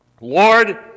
Lord